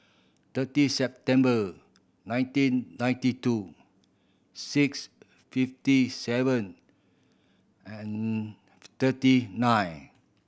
thirty September nineteen ninety two six fifty seven and thirty nine